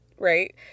right